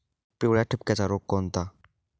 पिवळ्या ठिपक्याचा रोग कोणता?